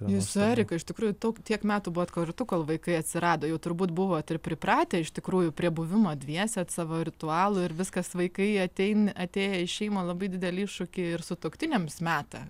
jūs su erika iš tikrųjų tok tiek metų buvot kartu kol vaikai atsirado jau turbūt buvot pripratę iš tikrųjų prie buvimo dviese savo ritualų ir viskas vaikai ateina atėję į šeimą labai didelį iššūkį ir sutuoktiniams meta